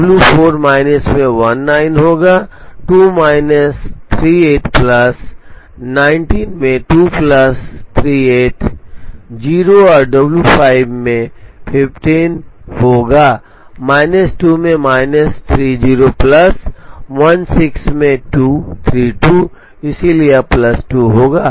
W 4 minus में 19 होगा 2 minus 38 plus 19 में 2 प्लस 38 0 और डब्ल्यू 5 में 15 होगा माइनस 2 में माइनस 30 प्लस 16 में 2 32 है इसलिए यह प्लस 2 होगा